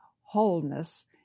wholeness